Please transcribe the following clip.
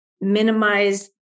minimize